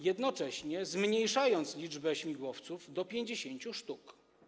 Jednocześnie zmniejszono liczbę śmigłowców do 50 sztuk.